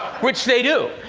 which they do.